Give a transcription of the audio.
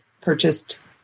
purchased